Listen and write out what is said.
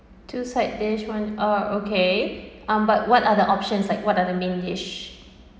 two side dish [one] oh okay um but what are the options like what are the main dish